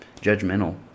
judgmental